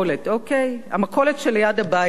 המכולת ליד הבית שלי,